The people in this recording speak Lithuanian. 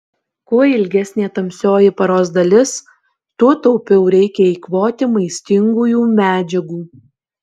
kuo ilgesnė tamsioji paros dalis tuo taupiau reikia eikvoti maistingųjų medžiagų